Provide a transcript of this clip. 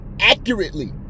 accurately